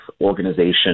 organization